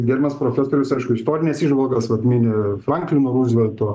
gerbiamas profesorius aišku istorines įžvalgas vat mini franklino ruzvelto